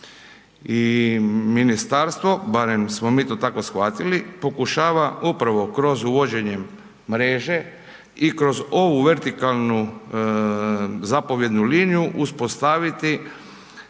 I ministarstvo, barem smo mi to tako shvatili pokušava upravo kroz uvođenjem mreže i kroz ovu vertikalnu zapovjednu liniju uspostaviti